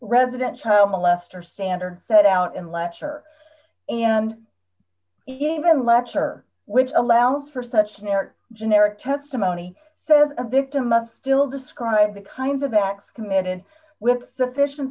resident child molester standards set out in letcher and even lecture which allows for such an error generic testimony says a victim of still describe the kinds of acts committed with sufficient